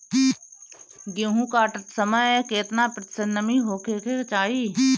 गेहूँ काटत समय केतना प्रतिशत नमी होखे के चाहीं?